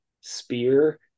spear